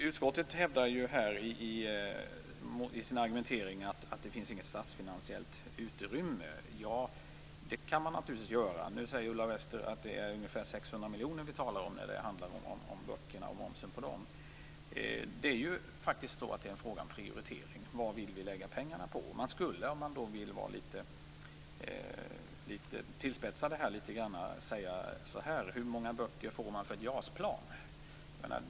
Utskottet hävdar i sin argumentering att det inte finns något statsfinansiellt utrymme, och det kan man naturligtvis hävda. Ulla Wester-Rudin säger att det är ungefär 600 miljoner kronor som det handlar om när vi talar om böcker och om momsen på böcker. Det är faktiskt en fråga om prioritering. Vad vill vi lägga pengarna på? Litet tillspetsat kan man fråga: Hur många böcker får man för ett JAS-plan?